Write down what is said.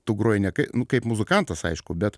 tu groji ne kaip nu kaip muzikantas aišku bet